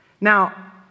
Now